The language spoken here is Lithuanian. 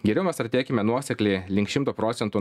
geriau mes artėkime nuosekliai link šimto procentų